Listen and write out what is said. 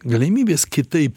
galimybės kitaip